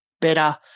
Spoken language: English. better